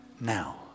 now